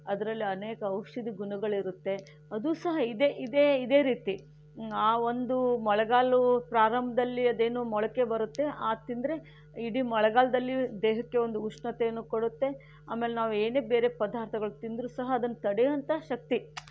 ಅದರಲ್ಲಿ ಅನೇಕ ಔಷಧಿ ಗುಣಗಳು ಇರುತ್ತೆ ಅದು ಸಹ ಇದೆ ಇದೇ ಇದೆ ರೀತಿ ಆ ಒಂದು ಮಳೆಗಾಲ ಪ್ರಾರಂಭದಲ್ಲಿ ಅದೇನೋ ಮೊಳಕೆ ಬರುತ್ತೆ ಅದು ತಿಂದರೆ ಇಡೀ ಮಳೆಗಾಲದಲ್ಲಿ ದೇಹಕ್ಕೆ ಒಂದು ಉಷ್ಣತೆಯನ್ನು ಕೊಡುತ್ತೆ ಆಮೇಲೆ ನಾವು ಏನೇ ಬೇರೆ ಪದಾರ್ಥಗಳು ತಿಂದರೂ ಸಹ ಅದನ್ನು ತಡೆಯುವಂತಹ ಶಕ್ತಿ